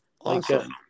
Awesome